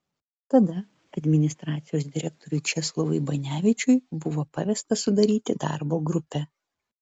tada administracijos direktoriui česlovui banevičiui buvo pavesta sudaryti darbo grupę